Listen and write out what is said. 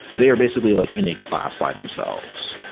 they are basically like in a class by themselves.